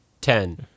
ten